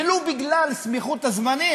ולו בגלל סמיכות הזמנים.